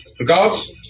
Regards